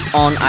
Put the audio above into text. on